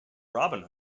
robin